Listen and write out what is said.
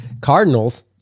Cardinals